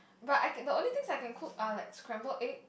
but I can the only things I can cook are like scrambled egg